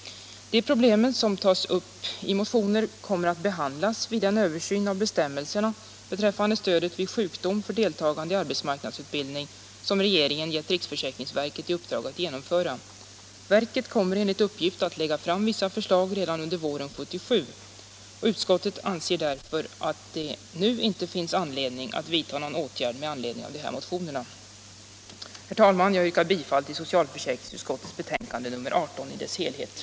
De problem som tas upp i motionerna kommer att behandlas vid den översyn av bestämmelserna beträffande stödet vid sjukdom för deltagande i arbetsmarknadsutbildning som regeringen gett riksförsäkringsverket i uppdrag att genomföra. Verket kommer enligt uppgift att lägga fram vissa förslag redan under våren 1977. Utskottet anser därför att det nu inte finns skäl att vidta någon åtgärd med anledning av de här motionerna. Herr talman! Jag yrkar bifall till socialförsäkringsutskottets hemställan i dess helhet i betänkandet nr 18.